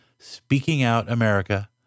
speakingoutamerica